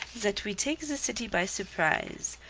that we take the city by surprise,